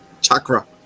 chakra